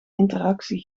interactie